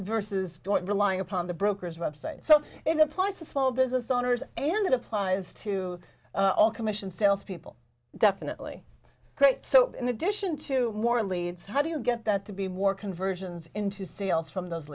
don't rely upon the brokers website so it applies to small business owners and it applies to all commission sales people definitely great so in addition to more leads how do you get that to be more conversions into sales from those